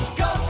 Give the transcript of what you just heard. go